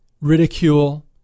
ridicule